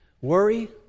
Worry